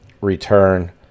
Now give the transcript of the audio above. return